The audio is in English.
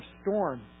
storm